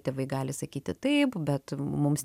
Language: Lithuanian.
tėvai gali sakyti taip bet mums